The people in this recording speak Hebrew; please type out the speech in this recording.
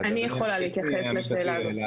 אני יכולה להתייחס לשאלה הזאת.